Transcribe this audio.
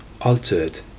altered